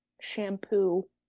shampoo